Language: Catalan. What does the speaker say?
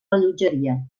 rellotgeria